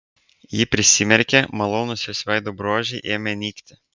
ji prisimerkė malonūs jos veido bruožai ėmė nykti